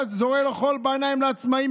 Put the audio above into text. אתה זורה חול בעיניים של העצמאים.